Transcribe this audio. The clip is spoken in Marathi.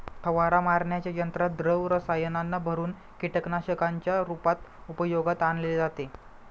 फवारा मारण्याच्या यंत्रात द्रव रसायनांना भरुन कीटकनाशकांच्या रूपात उपयोगात आणले जाते